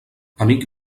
amic